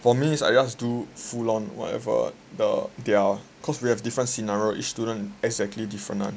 for me is I just do full on whatever the their cause we have different scenario each student exactly different [one]